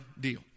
deal